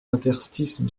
interstices